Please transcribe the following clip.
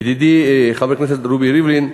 ידידי חבר הכנסת רובי ריבלין,